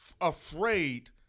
afraid